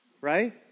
right